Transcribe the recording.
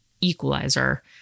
Equalizer